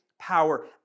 power